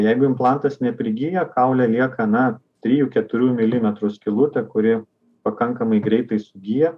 jeigu implantas neprigijo kaule lieka na trijų keturių milimetrų skylutė kuri pakankamai greitai sugyja